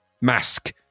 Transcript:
Mask